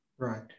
Right